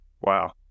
Wow